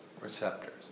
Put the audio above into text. receptors